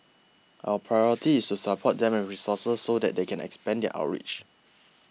our priority is to support them with resources so that they can expand their outreach